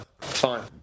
fine